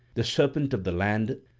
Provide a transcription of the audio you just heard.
the serpent of the land,